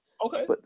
Okay